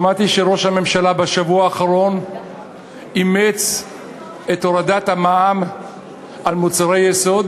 שמעתי שראש הממשלה בשבוע האחרון אימץ את הורדת המע"מ על מוצרי יסוד,